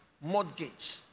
mortgage